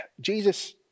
Jesus